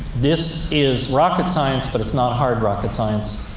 this is rocket science, but it's not hard rocket science.